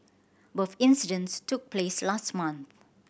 both incidents took place last month